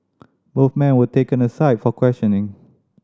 both men were taken aside for questioning